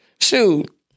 shoot